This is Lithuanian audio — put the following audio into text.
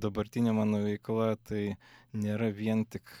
dabartinė mano veikla tai nėra vien tik